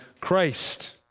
Christ